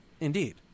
Indeed